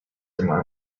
through